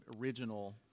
original